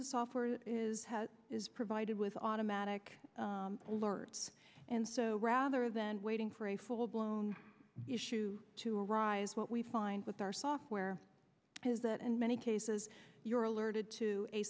the software is is provided with automatic alerts and so rather than waiting for a full blown issue to arise what we find with our software is that in many cases you're alerted to a